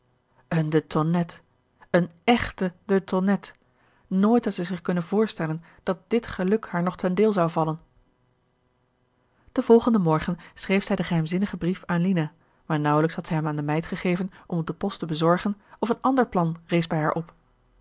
een de tonette een echte de tonnette nooit had zij zich kunnen voorstellen dat dit geluk haar nog ten deel zou vallen gerard keller het testament van mevrouw de tonnette den volgenden morgen schreef zij den geheimzinnigen brief aan lina maar nauwelijks had zij hem aan de meid gegeven om op de post te bezorgen of een ander plan rees bij haar op